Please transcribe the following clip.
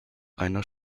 einer